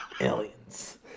Aliens